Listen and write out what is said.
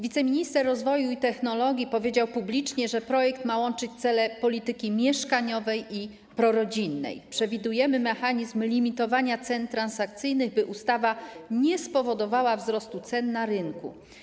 Wiceminister rozwoju i technologii powiedział publicznie: projekt ma łączyć cele polityki mieszkaniowej i prorodzinnej, przewidujemy mechanizm limitowania cen transakcyjnych, by ustawa nie spowodowała wzrostu cen na rynku.